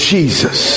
Jesus